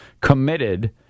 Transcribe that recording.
committed